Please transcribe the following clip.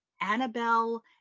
Annabelle